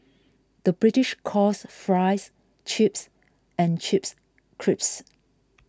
the British calls Fries Chips and Chips Crisps